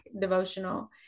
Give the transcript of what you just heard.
devotional